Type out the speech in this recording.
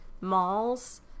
Malls